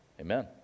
Amen